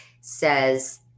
says